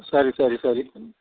ಸರಿ ಸರಿ ಸರಿ